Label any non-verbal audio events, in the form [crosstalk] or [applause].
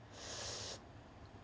[breath]